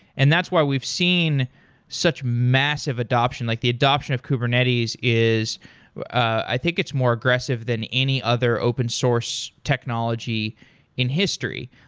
and that's why we've seen such massive adoption, like the adoption of kubernetes is i think it's more aggressive than any other open-source technology in history.